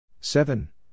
Seven